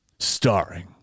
Starring